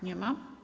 Nie ma.